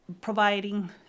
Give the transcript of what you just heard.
providing